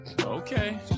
Okay